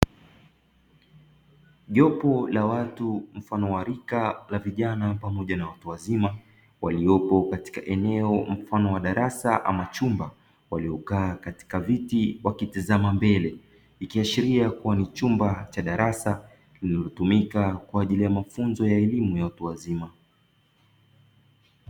Jopo la watu mfano wa rika la vijana pamoja na watu wazima, waliopo katika eneo mfano wa darasa ama chumba. Waliokaa katika viti wakitazama mbele, ikiashiria kuwa ni chumba cha darasa lilotumika kama darasa kwa ajili ya elimu ya watu wazima.